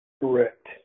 Correct